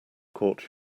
caught